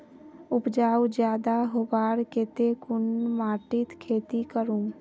उपजाऊ ज्यादा होबार केते कुन माटित खेती करूम?